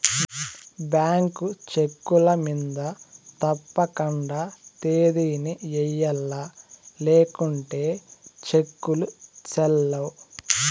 bank చెక్కుల మింద తప్పకండా తేదీని ఎయ్యల్ల లేకుంటే సెక్కులు సెల్లవ్